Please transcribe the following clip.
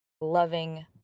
loving